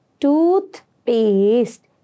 Toothpaste